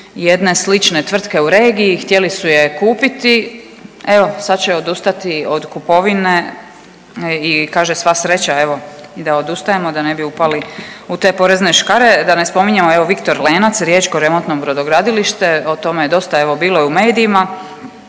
jedne slične tvrtke u regiji, htjeli su je kupiti. Evo sad će odustati od kupovine i kaže sva sreća evo da odustajemo da ne bi upali u te porezne škare. Da ne spominjemo evo Viktor Lenac riječko remontno brodogradilište, o tome je dosta evo bilo i u medijima.